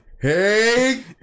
hey